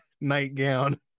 nightgown